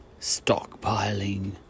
stockpiling